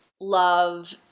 love